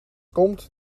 komt